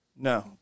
No